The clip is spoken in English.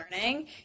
learning